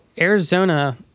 Arizona